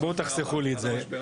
בואו תחסכו לי את זה.